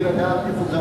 האם תתנגד,